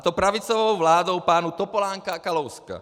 A to pravicovou vládou pánů Topolánka a Kalouska.